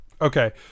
Okay